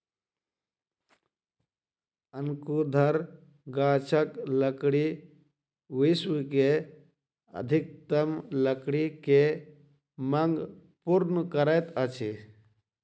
शंकुधर गाछक लकड़ी विश्व के अधिकतम लकड़ी के मांग पूर्ण करैत अछि